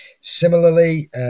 Similarly